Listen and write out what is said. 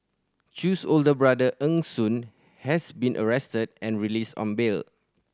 Chew's older brother Eng Soon has been arrested and released on bail